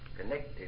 connected